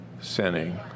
sinning